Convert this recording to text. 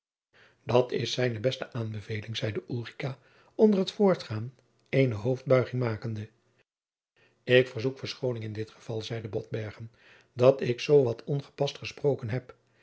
dat is zijne beste aanbeveling zeide ulrica onder t voortgaan eene hoofdbuiging makende ik verzoek verschooning in dit geval zeide botbergen dat ik zoo wat ongepast gesproken heb